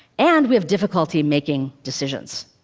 and we have difficulty making decisions.